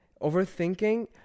overthinking